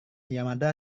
yamada